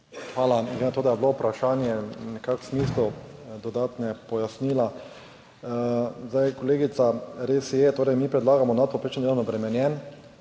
Hvala glede na to, da je bilo vprašanje nekako v smislu dodatnega pojasnila. Zdaj kolegica, res je, torej mi predlagamo nadpovprečno delovno obremenjen,